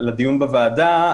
לדיון בוועדה,